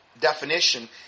definition